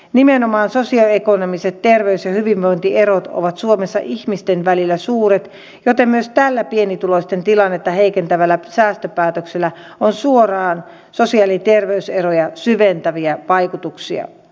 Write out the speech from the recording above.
nimenomaan sosioekonomiset terveys ja hyvinvointierot ovat suomessa ihmisten välillä suuret joten myös tällä pienituloisten tilannetta heikentävällä säästöpäätöksellä on suoraan sosiaali ja terveyseroja syventäviä vaikutuksia